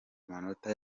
amanota